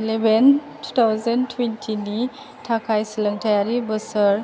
eleven two thousand twenty नि थाखाय सोलोंथायारि बोसोर